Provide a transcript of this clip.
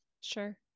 Sure